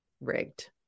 Rigged